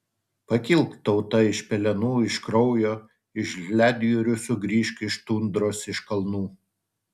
pakilk tauta iš pelenų iš kraujo iš ledjūrių sugrįžk iš tundros iš kalnų